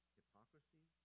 hypocrisy